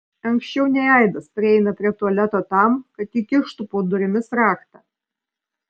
anksčiau nei aidas prieina prie tualeto tam kad įkištų po durimis raktą